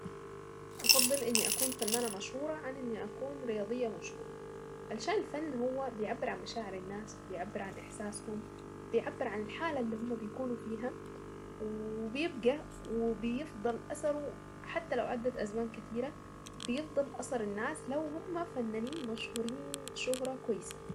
افضل اني اكون فنانة مشهورة عن اني اكون رياضية مشهورة، علشان الفن هو بيعبر عن مشاعر الناس بيعبر عن احساسهم.،بيعبر عن الحالة اللي هم بيكونوا فيها، وبيبقى وبيفضل اثره حتى لو عدت ازمان كتيرة بيفضل اثر الناس لو هم فنانين مشهورين شهرة كويسة.